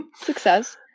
Success